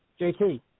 JT